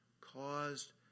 caused